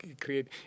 create